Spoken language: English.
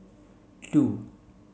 two